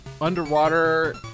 underwater